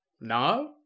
no